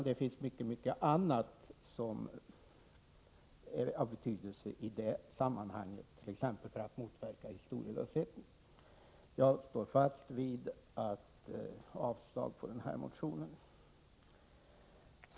Det finns mycket annat som är av betydelse i det sammanhanget, t.ex. att motverka historielösheten. Jag står fast vid mitt yrkande om avslag på motionen.